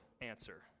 answer